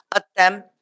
attempt